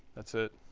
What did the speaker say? that's it.